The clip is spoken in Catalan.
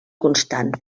constant